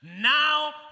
Now